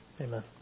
Amen